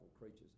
creatures